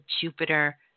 Jupiter